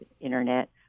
Internet